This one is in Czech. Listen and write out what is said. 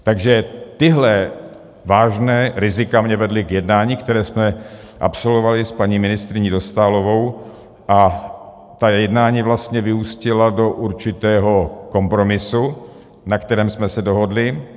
Takže tahle vážná rizika mě vedla k jednání, které jsme absolvovali s paní ministryní Dostálovou, a ta jednání vlastně vyústila do určitého kompromisu, na kterém jsme se dohodli.